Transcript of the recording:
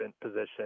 position